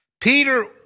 Peter